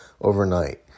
overnight